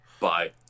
Bye